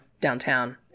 downtown